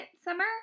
summer